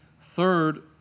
Third